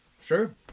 Sure